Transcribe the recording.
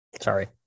Sorry